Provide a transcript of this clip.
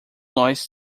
nós